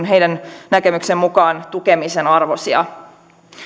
heidän näkemyksensä mukaan tukemisen arvoisia